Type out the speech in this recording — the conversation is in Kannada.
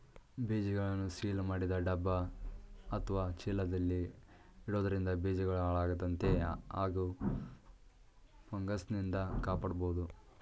ಬೀಜಗಳನ್ನು ಸೀಲ್ ಮಾಡಿದ ಡಬ್ಬ ಅತ್ವ ಚೀಲದಲ್ಲಿ ಇಡೋದ್ರಿಂದ ಬೀಜಗಳು ಹಾಳಾಗದಂತೆ ಹಾಗೂ ಫಂಗಸ್ನಿಂದ ಕಾಪಾಡ್ಬೋದು